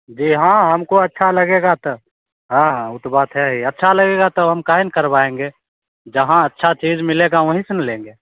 जी हाँ हमको अच्छा लगेगा तो हाँ हाँ वो तो बात है ही अच्छा लगेगा तब हम काहे न करवाएँगे जहाँ अच्छा चीज़ मिलेगा वहीं से न लेंगे